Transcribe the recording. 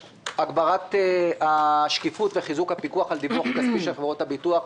הגברת השקיפות וחיזוק הפיקוח על הדיווח הכספי של חברות הביטוח,